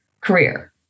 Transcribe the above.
career